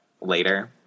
later